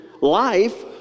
life